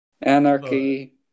Anarchy